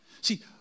See